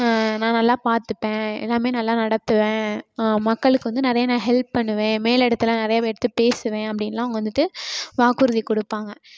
நான் நல்லா பார்த்துப்பேன் எல்லாமே நல்லா நடத்துவேன் மக்களுக்கு வந்து நிறைய நான் ஹெல்ப் பண்ணுவேன் மேல் இடத்துல நிறைய எடுத்துப் பேசுவேன் அப்படின்லாம் அவங்க வந்துவிட்டு வாக்குறுதி கொடுப்பாங்க